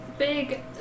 Big